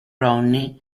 ronnie